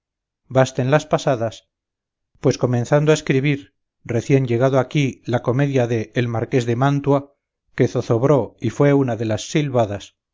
basten las pasadas pues comenzando a escribir recién llegado aquí la comedia de el marqués de mantua que zozobró y fué una de las silbadas